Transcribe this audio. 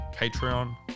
Patreon